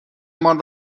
مان